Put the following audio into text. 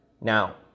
Now